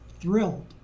thrilled